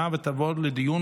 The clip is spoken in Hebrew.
נתקבלה.